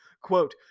quote